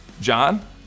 John